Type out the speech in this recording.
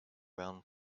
round